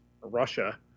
Russia